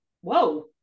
whoa